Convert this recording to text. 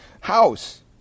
house